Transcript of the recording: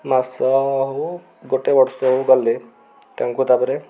ମାସ ହେଉ ଗୋଟେ ବର୍ଷ ହେଉ ଗଲେ ତାଙ୍କୁ ତାପରେ